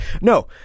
No